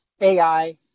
AI